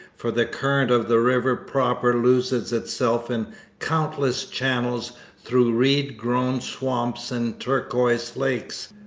for the current of the river proper loses itself in countless channels through reed-grown swamps and turquoise lakes,